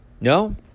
No